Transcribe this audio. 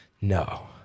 No